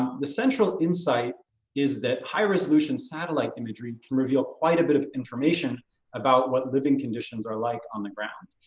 the central insight is that high resolution satellite imagery can reveal quite a bit of information about what living conditions are like on the ground.